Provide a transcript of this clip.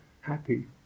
happy